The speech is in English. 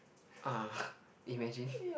ah imagine